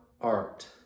Art